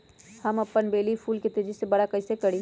हम अपन बेली फुल के तेज़ी से बरा कईसे करी?